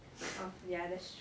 ya that's true